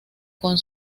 con